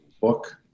book